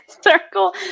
Circle